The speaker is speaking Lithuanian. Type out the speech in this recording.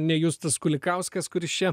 ne justas kulikauskas kuris čia